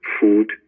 food